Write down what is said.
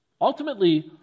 Ultimately